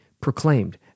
proclaimed